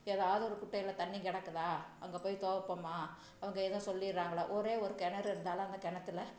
ஏதாவது ஒரு குட்டையில் தண்ணி கிடக்குதா அங்கே போய் துவைப்போமா அவங்க ஏதோ சொல்லிறாங்களோ ஒரே ஒரு கிணறு இருந்தாலும் அந்த கிணத்துல